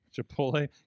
Chipotle